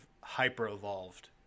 hyper-evolved